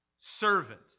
servant